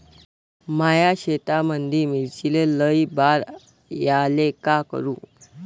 माया शेतामंदी मिर्चीले लई बार यायले का करू?